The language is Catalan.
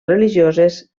religioses